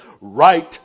right